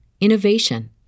innovation